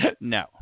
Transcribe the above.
no